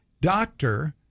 doctor